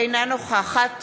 אינה נוכחת